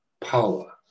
power